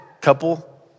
couple